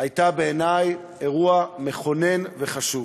הייתה בעיני אירוע מכונן וחשוב.